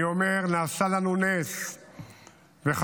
אני אומר: נעשה לנו נס וחזרנו